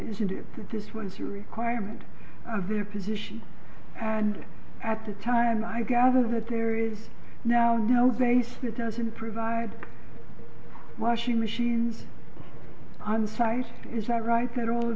isn't it that this was your requirement of your position and at the time i gather that there is now no they still doesn't provide washing machines on the site is that right that all of